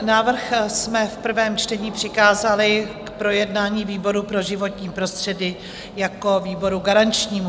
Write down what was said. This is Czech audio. Návrh jsme v prvém čtení přikázali k projednání výboru pro životní prostředí jako výboru garančnímu.